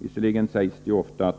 Visserligen sägs det ofta